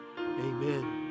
amen